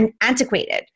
antiquated